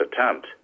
attempt